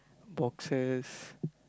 boxes